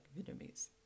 Vietnamese